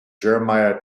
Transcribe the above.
jeremiah